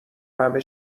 همه